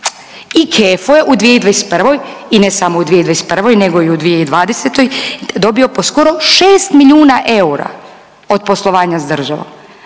i Kefo je u 2021. i ne samo u 2021. nego i u 2020. dobio po skoro 6 milijuna eura od poslovanja s državom,